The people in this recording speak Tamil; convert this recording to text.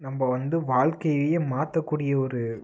நம்ம வந்து வாழ்க்கையையே மாற்றக்கூடிய ஒரு